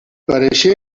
pareixia